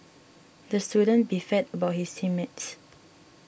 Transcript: the student beefed about his team mates